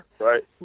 Right